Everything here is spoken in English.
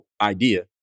idea